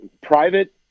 private